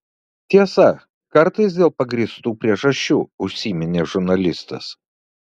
tiesa kartais dėl pagrįstų priežasčių užsiminė žurnalistas